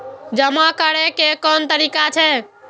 जमा करै के कोन तरीका छै?